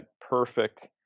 perfect